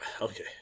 Okay